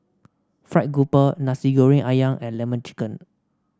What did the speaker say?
fried grouper Nasi Goreng ayam and lemon chicken